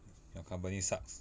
your company sucks